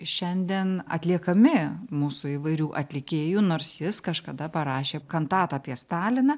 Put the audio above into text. šiandien atliekami mūsų įvairių atlikėjų nors jis kažkada parašė kantatą apie staliną